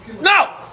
No